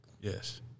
Yes